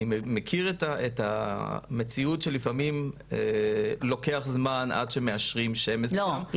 אני מכיר את המציאות שלפעמים לוקח זמן עד שמאשרים שם מסוים--- לא,